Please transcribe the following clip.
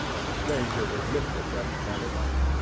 and the stranger was lifted and carried ah